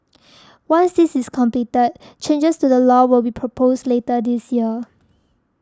once this is completed changes to the law will be proposed later this year